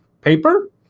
paper